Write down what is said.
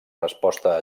resposta